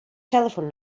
telephone